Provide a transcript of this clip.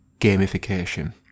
gamification